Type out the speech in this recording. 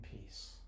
peace